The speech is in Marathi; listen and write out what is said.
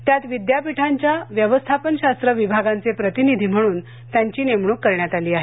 त्यात विद्यापीठांच्या व्यवस्थापन शास्त्र विभागांचे प्रतिनिधी म्हणून त्यांची नेमणूक करण्यात आली आहे